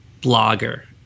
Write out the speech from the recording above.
blogger